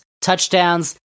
touchdowns